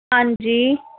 हां जी